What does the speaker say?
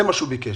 זה מה שהוא ביקש.